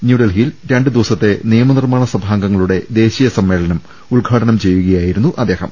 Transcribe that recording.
ന്യൂഡൽഹിയിൽ രണ്ടുദിവസത്തെ നിയമ നിർമ്മാണ സഭാംഗങ്ങളുടെ ദേശീയ സമ്മേളനം ഉദ്ഘാടനം ചെയ്യുകയായിരുന്നു അദ്ദേഹം